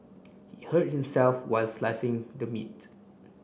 he hurt himself while slicing the meat